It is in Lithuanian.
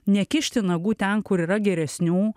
nekišti nagų ten kur yra geresnių